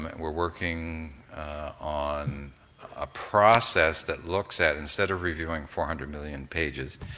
we're working on a process that looks at, instead of reviewing four hundred million pages,